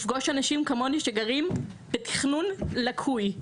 לפגוש אנשים כמוני, שגרים בתכנון לקוי.